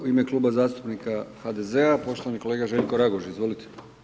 U ime Kluba zastupnika HDZ-a, poštovani kolega Željko Raguž, izvolite.